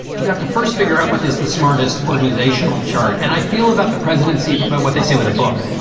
you have to first figure out what is the smartest organizational chart. and i feel about the presidency, about what they say with a book,